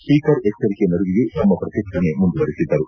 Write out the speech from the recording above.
speaker ಎಜ್ವರಿಕೆ ನಡುವೆಯೂ ತಮ್ಮ ಪ್ರತಿಭಟನೆ ಮುಂದುವರಿಸಿದ್ದರು